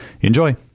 enjoy